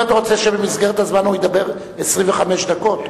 האם אתה רוצה שבמסגרת הזמן הוא ידבר 25 דקות?